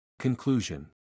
Conclusion